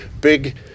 big